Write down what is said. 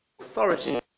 authority